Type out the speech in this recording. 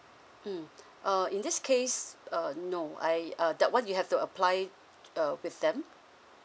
mm uh in this case uh no I uh that one you have to apply uh with them